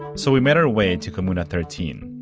so we made our way to comuna thirteen,